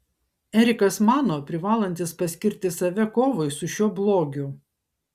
erikas mano privalantis paskirti save kovai su šiuo blogiu